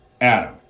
Adam